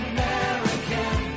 American